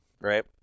right